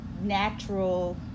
natural